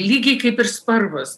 lygiai kaip ir sparvos